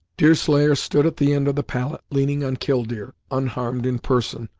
deerslayer stood at the end of the pallet, leaning on killdeer, unharmed in person,